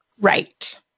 Right